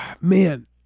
man